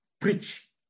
preach